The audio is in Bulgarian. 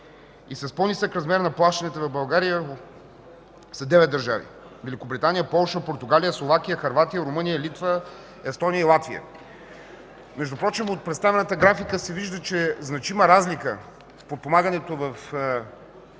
С по-нисък размер от плащането в България са девет държави: Великобритания, Полша, Португалия, Словакия, Хърватия, Румъния, Литва, Естония и Латвия. От представената графика се вижда, че значима разлика в подпомагането България